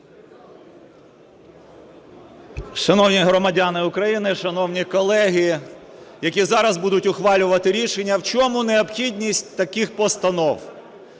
Шановні громадяни України! Шановні колеги, які зараз будуть ухвалювати рішення! В чому необхідність таких постанов.